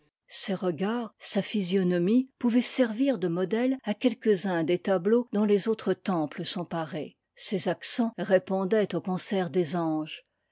ses regards sa physionomie pouvaient servir de modèle à quelques uns des tableaux dont les autres temples sont parés ses accents répondaient au concert des anges